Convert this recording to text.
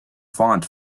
font